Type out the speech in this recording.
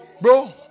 bro